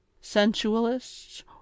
sensualists